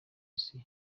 isi